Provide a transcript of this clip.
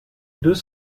deux